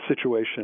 situation